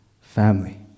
family